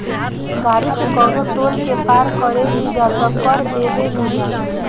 गाड़ी से कवनो टोल के पार करेनिजा त कर देबेनिजा